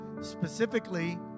specifically